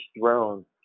throne